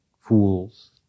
fools